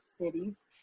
cities